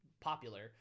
popular